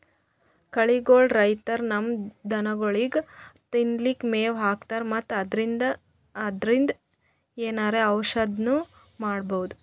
ಕಳಿಗೋಳ್ ರೈತರ್ ತಮ್ಮ್ ದನಗೋಳಿಗ್ ತಿನ್ಲಿಕ್ಕ್ ಮೆವ್ ಹಾಕ್ತರ್ ಮತ್ತ್ ಅದ್ರಿನ್ದ್ ಏನರೆ ಔಷದ್ನು ಮಾಡ್ಬಹುದ್